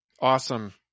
Awesome